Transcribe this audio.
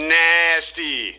nasty